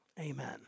Amen